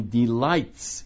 delights